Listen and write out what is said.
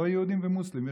לא יהודים ומוסלמים,